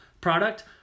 product